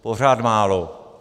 Pořád málo.